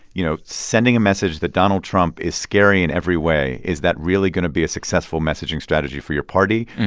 you know, sending a message that donald trump is scary in every way is that really going to be a successful messaging strategy for your party,